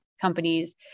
companies